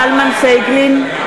(קוראת בשמות חברי הכנסת) משה זלמן פייגלין,